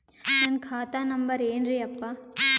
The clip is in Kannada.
ನನ್ನ ಖಾತಾ ನಂಬರ್ ಏನ್ರೀ ಯಪ್ಪಾ?